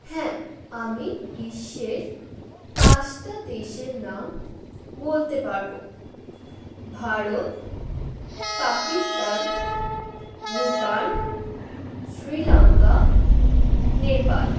হ্যাঁ আমি বিশ্বের পাঁচটা দেশের নাম বলতে পারবো ভারত পাকিস্তান ভুটান শ্রীলঙ্কা নেপাল